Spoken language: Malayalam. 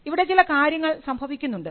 ഇവിടെ ചില കാര്യങ്ങൾ സംഭവിക്കുന്നുണ്ട്